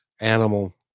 animal